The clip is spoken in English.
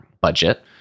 budget